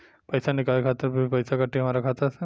पईसा निकाले खातिर भी पईसा कटी हमरा खाता से?